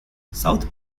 south